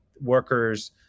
workers